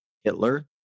Hitler